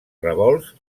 revolts